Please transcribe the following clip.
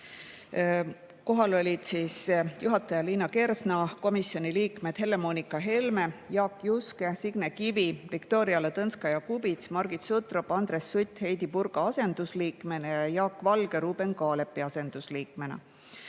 Kohal olid istungi juhataja Liina Kersna ning komisjoni liikmed Helle-Moonika Helme, Jaak Juske, Signe Kivi, Viktoria Ladõnskaja-Kubits, Margit Sutrop, Andres Sutt Heidy Purga asendusliikmena, Jaak Valge Ruuben Kaalepi asendusliikmena.